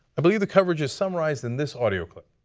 i believe the coverage is summarized in this audio clip.